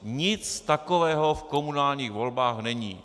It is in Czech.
Nic takového v komunálních volbách není.